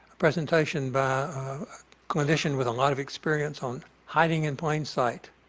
presentation by condition with a lot of experience on hiding in plain site.